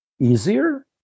easier